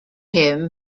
him